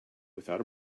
without